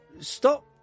Stop